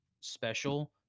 special